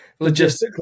logistically